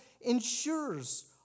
ensures